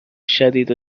شدید